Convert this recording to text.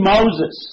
Moses